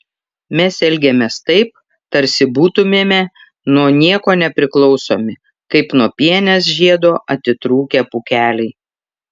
mes elgiamės taip tarsi būtumėme nuo nieko nepriklausomi kaip nuo pienės žiedo atitrūkę pūkeliai